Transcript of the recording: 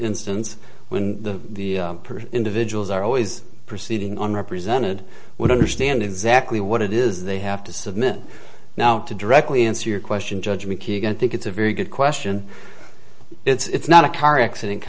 instance when the individuals are always proceeding on represented would understand exactly what it is they have to submit now to directly answer your question judge mckee again i think it's a very good question it's not a car accident